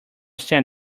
stand